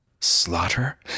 Slaughter